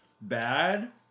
bad